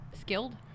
skilled